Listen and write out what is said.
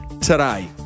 today